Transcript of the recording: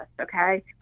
okay